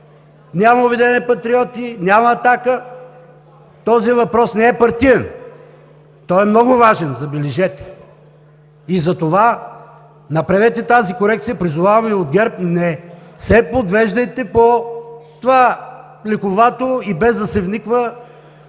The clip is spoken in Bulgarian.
няма „Обединени патриоти“, няма „Атака“, този въпрос не е партиен, той е много важен, забележете. И затова направете тази корекция, призоваваме Ви от ГЕРБ, не се подвеждайте по това лековато и без да се вниква